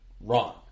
wrong